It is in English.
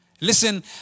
Listen